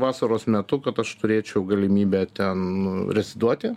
vasaros metu kad aš turėčiau galimybę ten reziduoti